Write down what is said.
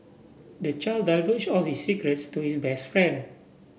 the child divulged all his secrets to his best friend